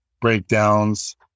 breakdowns